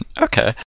Okay